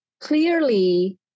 clearly